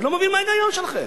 אני לא מבין מה ההיגיון שלכם.